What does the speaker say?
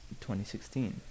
2016